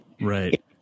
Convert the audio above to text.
right